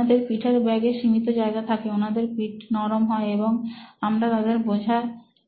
ওনাদের পিঠের ব্যাগে সীমিত জায়গা থাকে ওনাদের পিঠ নরম হয় এবং আমরা তাদের বোঝার